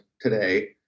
today